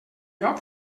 lloc